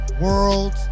World